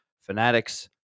fanatics